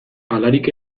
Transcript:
halarik